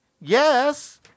yes